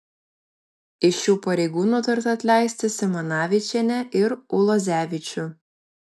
iš šių pareigų nutarta atleisti simanavičienę ir ulozevičių